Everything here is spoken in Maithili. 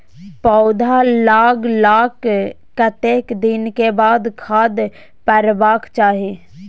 पौधा लागलाक कतेक दिन के बाद खाद परबाक चाही?